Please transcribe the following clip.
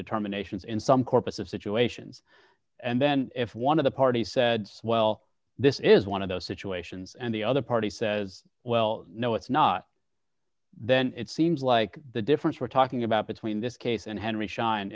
determinations in some corpus of situations and then if one of the parties said well this is one of those situations and the other party says well no it's not then it seems like the difference we're talking about between this case and henry schein